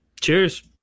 cheers